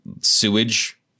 sewage